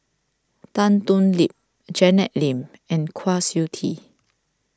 Tan Thoon Lip Janet Lim and Kwa Siew Tee